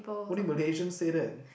only Malaysians say that